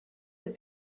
have